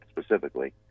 specifically